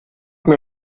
mir